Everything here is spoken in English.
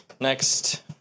Next